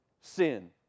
sin